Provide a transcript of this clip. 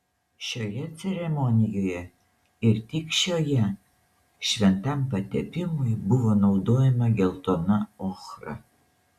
šioje ceremonijoje ir tik šioje šventam patepimui buvo naudojama geltona ochra